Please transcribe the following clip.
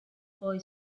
boy